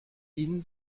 ihnen